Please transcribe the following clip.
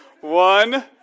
One